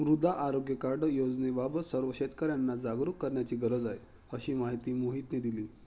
मृदा आरोग्य कार्ड योजनेबाबत सर्व शेतकर्यांना जागरूक करण्याची गरज आहे, अशी माहिती मोहितने दिली